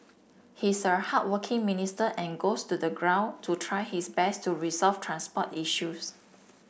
he's a hardworking minister and goes to the ground to try his best to resolve transport issues